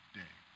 day